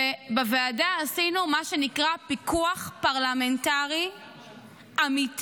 בוועדה עשינו, מה שנקרא, פיקוח פרלמנטרי אמיתי,